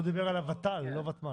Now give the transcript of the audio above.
הוא דיבר על הוות"ל, לא על הוותמ"ל.